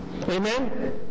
Amen